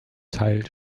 teil